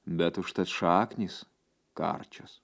bet užtat šaknys karčios